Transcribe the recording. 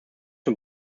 zum